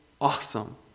awesome